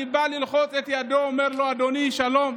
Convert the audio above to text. אני בא ללחוץ את ידו ואומר לו: אדוני, שלום.